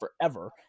forever